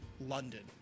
London